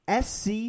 SC